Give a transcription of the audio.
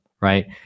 right